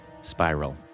spiral